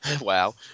Wow